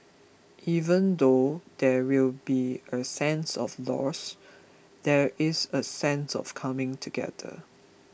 even though there will be a sense of loss there is a sense of coming together